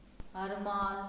Harmal